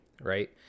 right